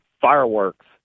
fireworks